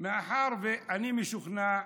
מאחר שאני משוכנע,